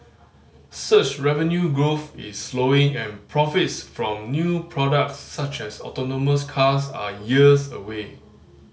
search revenue growth is slowing and profits from new products such as autonomous cars are years away